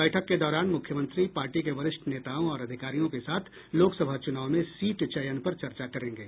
बैठक के दौरान मुख्यमंत्री पार्टी के वरिष्ठ नेताओं और अधिकारियों के साथ लोकसभा चुनाव में सीट चयन पर चर्चा करेंगे